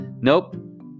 nope